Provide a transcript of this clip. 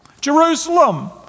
Jerusalem